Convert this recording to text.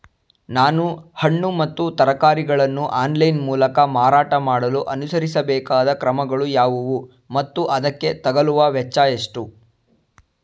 ನಾನು ಹಣ್ಣು ಮತ್ತು ತರಕಾರಿಗಳನ್ನು ಆನ್ಲೈನ ಮೂಲಕ ಮಾರಾಟ ಮಾಡಲು ಅನುಸರಿಸಬೇಕಾದ ಕ್ರಮಗಳು ಯಾವುವು ಮತ್ತು ಅದಕ್ಕೆ ತಗಲುವ ವೆಚ್ಚ ಎಷ್ಟು?